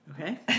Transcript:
Okay